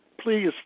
please